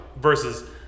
versus